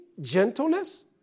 Gentleness